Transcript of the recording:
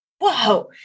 whoa